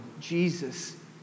Jesus